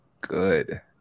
good